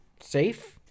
safe